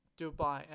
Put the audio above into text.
Dubai